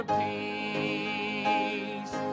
peace